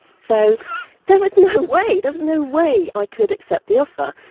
so there was no way there was no way i could accept the offer.